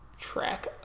track